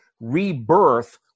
rebirth